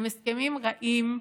הם הסכמים רעים,